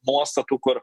nuostatų kur